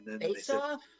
Face-off